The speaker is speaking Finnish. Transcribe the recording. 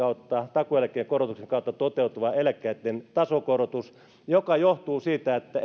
takuueläkkeen korotuksen kautta toteutuva eläkkeitten tasokorotus joka johtuu siitä että